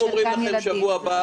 כמה זמן --- אם אומרים לכם בשבוע הבא